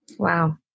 Wow